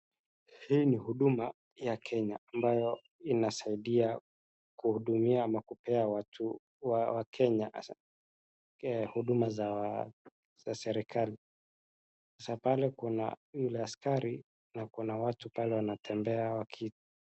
Hii ni huduma ya Kenya ambayo inasaidia kuhudumia ama kupea watu wa Kenya huduma za serikali. Sa pale kuna yule askari na kuna watu pale wanatembea waki